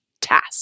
task